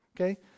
Okay